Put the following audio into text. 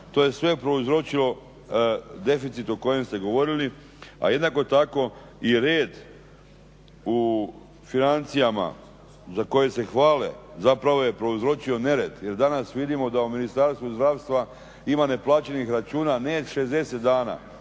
to je sve prouzročilo deficit o kojem ste govorili a jednako tako i red u financijama za koje se hvale zapravo je prouzročio nered jer danas vidimo da u Ministarstvu zdravstva ima neplaćenih računa ne 60 dana